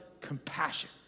compassion